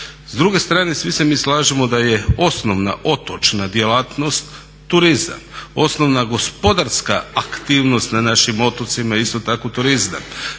S druge strane svi se mi slažemo da je osnovna otočna djelatnost turizam, osnovna gospodarska aktivnost na našim otocima je isto tako turizam.